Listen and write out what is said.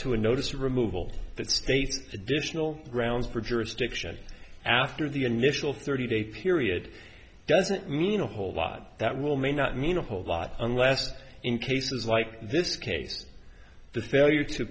to a notice removal that states additional grounds for jurisdiction after the initial thirty day period doesn't mean a whole lot that will may not mean a whole lot unless in cases like this case the failure to